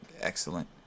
excellent